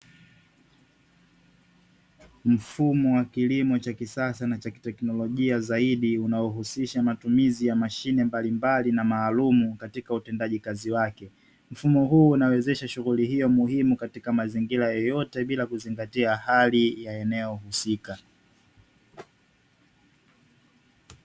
Mfumo wa kilimo cha kisasa na cha kiteknolojia zaidi unaohusisha matumizi ya mashine mbalimbali na maalumu katika utendaji kazi wake, mfumo huu unawezesha shughuli hiyo muhimu katika mazingira yoyote bila kuzingatia hali ya eneo husika.